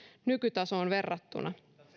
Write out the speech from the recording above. nykytasoon verrattuna